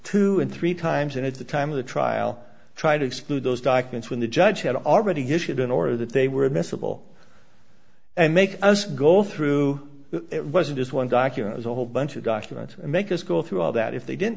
him three times and at the time of the trial try to exclude those documents when the judge had already issued an order that they were miserable and make us go through it wasn't as one document as a whole bunch of documents and make us go through all that if they didn't